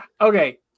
Okay